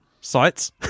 sites